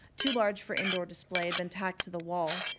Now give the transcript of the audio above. too large for indoor display, had been tacked to the wall.